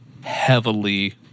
heavily